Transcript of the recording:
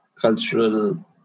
cultural